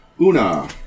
Una